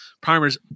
primers